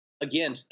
Again